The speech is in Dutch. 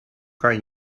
kan